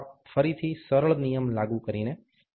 ફરીથી સરળ નિયમ લાગુ કરીને કોણ નિર્ધારીત કરવામાં આવે છે